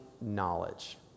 knowledge